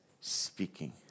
speaking